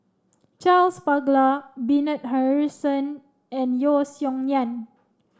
Charles Paglar Bernard Harrison and Yeo Song Nian